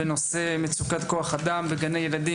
בדיון מהיר בנושא מצוקת כוח האדם בגני ילדים,